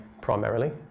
primarily